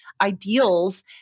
ideals